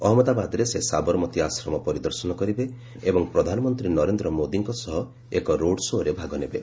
ଅହଜ୍ଞଦାବାଦରେ ସେ ସାବରମତୀ ଆଶ୍ରମ ପରିଦର୍ଶନ କରିବେ ଏବଂ ପ୍ରଧାନମନ୍ତ୍ରୀ ନରେନ୍ଦ୍ର ମୋଦିଙ୍କ ସହ ଏକ ରୋଡ୍ ଶୋ'ରେ ଭାଗ ନେବେ